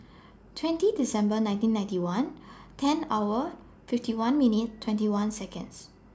twenty December nineteen ninety one ten hour fifty one minute twenty one Seconds